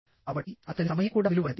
కాబట్టి అతని సమయం కూడా విలువైనది